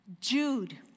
Jude